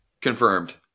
Confirmed